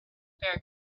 air